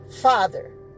Father